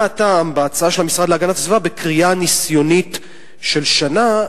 מה הטעם בהצעה של המשרד להגנת הסביבה בכרייה ניסיונית של שנה,